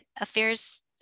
Affairs